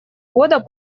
года